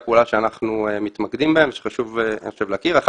אבל התברר שאם יש לך כרטיס